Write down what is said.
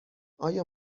آیا